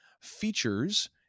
features